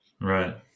Right